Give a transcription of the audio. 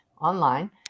online